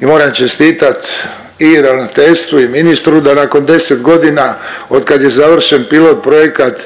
moram čestitat i ravnateljstvu i ministru da nakon 10.g. otkad je završen pilot projekat